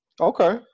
okay